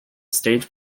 stage